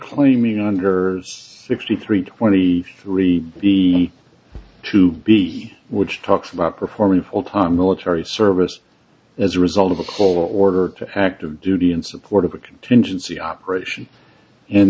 claiming under sixty three twenty three the to be which talks about performing full time military service as a result of the cole order to active duty in support of a contingency operation and